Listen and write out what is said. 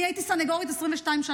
אני הייתי סנגורית 22 שנה.